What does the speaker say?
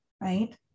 right